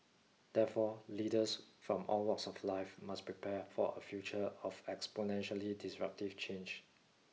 therefore leaders from all walks of life must prepare for a future of exponentially disruptive change